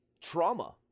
trauma